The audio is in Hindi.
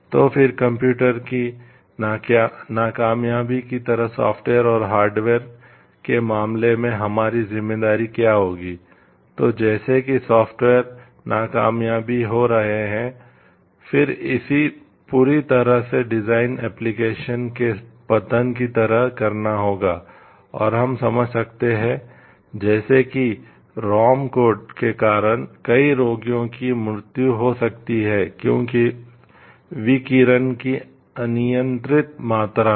तो फिर कंप्यूटर के कारण कई रोगियों की मृत्यु हो सकती है क्योंकि विकिरण की अनियंत्रित मात्रा में